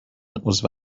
عضو